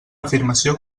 afirmació